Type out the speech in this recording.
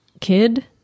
kid